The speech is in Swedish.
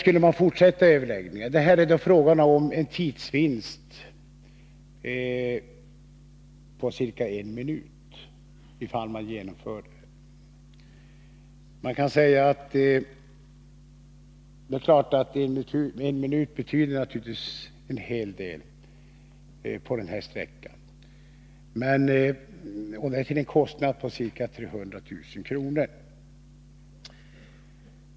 Om man genomför dessa åtgärder blir det fråga om en tidsvinst på ca 1 minut. Det är klart att 1 minut betyder en hel del på den här sträckan. Kostnaderna blir ca 300 000 kr.